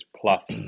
plus